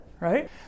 right